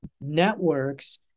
networks